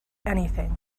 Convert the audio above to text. anything